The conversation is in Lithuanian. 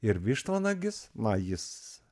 ir vištvanagis na jis